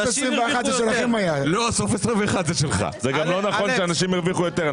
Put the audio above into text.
זה סעיף מיותר.